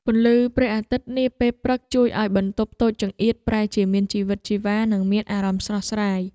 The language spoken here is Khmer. ពន្លឺព្រះអាទិត្យនាពេលព្រឹកជួយឱ្យបន្ទប់តូចចង្អៀតប្រែជាមានជីវិតជីវ៉ានិងមានអារម្មណ៍ស្រស់ស្រាយ។